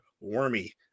Wormy